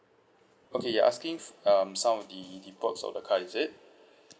okay you're asking for um some of the the perks of the card is it